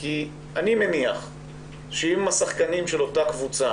כי אני מניח שאם השחקנים של אותה קבוצה